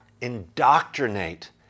indoctrinate